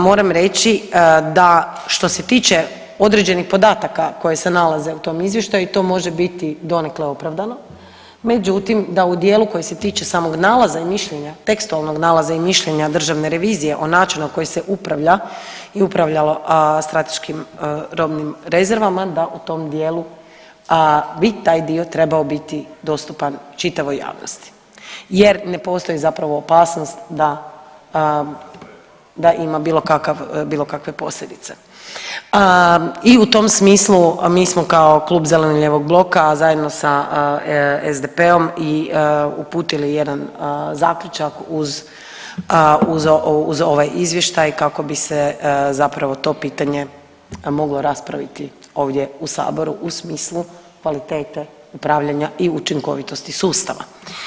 Moram reći da što se tiče određenih podataka koje se nalaze u tom izvještaju to može biti donekle opravdano, međutim da u dijelu koji se tiče samog nalaza i mišljenja, tekstualnog nalaza i mišljenja državne revizije o načinu na koji se upravlja i upravljalo strateškim robnim rezervama, da u tom dijelu bi taj dio trebao biti dostupan čitavoj javnosti jer ne postoji zapravo opasnost da ima bilo kakve posljedice i u tom smislu mi smo kao Klub zastupnika zeleno-lijevog bloka zajedno sa SDP-om i uputili jedan zaključak uz ovaj Izvještaj kako bi se zapravo to pitanje moglo raspraviti ovdje u Saboru u smislu kvalitete upravljanja i učinkovitosti sustava.